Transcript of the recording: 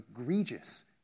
egregious